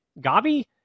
Gabi